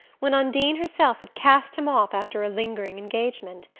when undine herself had cast him off after a lingering engagement.